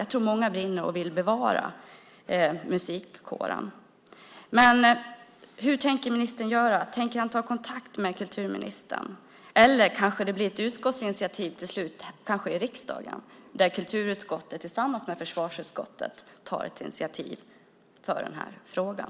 Jag tror att många brinner för musikkåren och vill bevara den. Hur tänker ministern göra? Tänker han ta kontakt med kulturministern? Eller blir det kanske ett utskottsinitiativ till slut i riksdagen, där kulturutskottet tillsammans med försvarsutskottet tar ett initiativ i frågan?